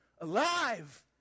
alive